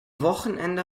wochenende